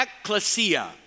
ecclesia